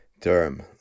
term